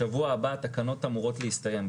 שבוע הבא התקנות אמורות להסתיים,